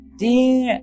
dear